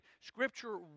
Scripture